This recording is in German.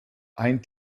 ein